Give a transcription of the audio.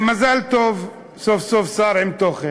מזל טוב, סוף-סוף שר עם תוכן.